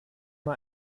mal